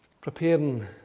preparing